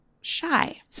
shy